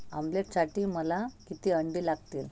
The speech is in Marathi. आमलेटसाठी मला किती अंडी लागतील